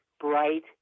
bright